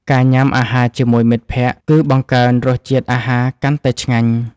ការញ៉ាំអាហារជាមួយមិត្តភក្ដិ គឺបង្កើនរសជាតិអាហារកាន់តែឆ្ងាញ់។